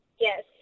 yes